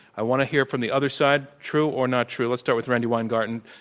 i want to hear from the other side, true or not true. let's start with randi weingarten.